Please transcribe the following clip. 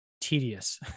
tedious